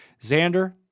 Xander